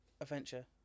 Adventure